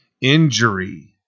injury